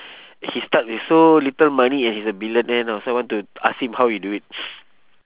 he start with so little money and he's a billionaire now so I want to ask him how he do it